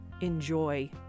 enjoy